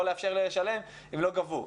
לא לאפשר לשלם אם לא גבו.